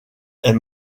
est